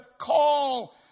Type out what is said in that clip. call